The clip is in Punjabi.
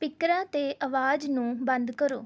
ਸਪੀਕਰਾਂ 'ਤੇ ਆਵਾਜ਼ ਨੂੰ ਬੰਦ ਕਰੋ